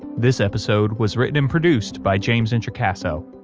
this episode was written and produced by james introcaso,